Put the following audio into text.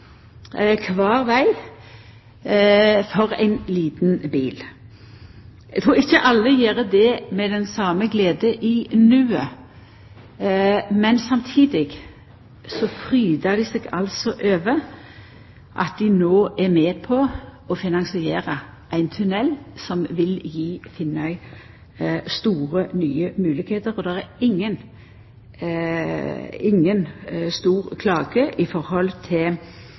kvar veg for ein liten bil. Eg trur ikkje alle gjer det med den same gleda i «nu-et». Men samtidig frydar dei seg altså over at dei no er med på å finansiera ein tunell som vil gje Finnøy store, nye moglegheiter, for det er inga stor